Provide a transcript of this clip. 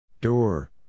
Door